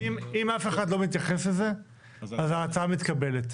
אם אף אחד לא מתייחס לזה, אז ההצעה מתקבלת.